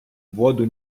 воду